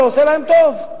זה עושה להם טוב.